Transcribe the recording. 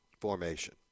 formation